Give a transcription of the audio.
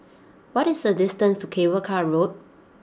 what is the distance to Cable Car Road